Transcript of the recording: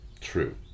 true